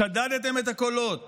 שדדתם את הקולות